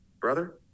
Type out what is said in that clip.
brother